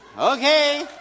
Okay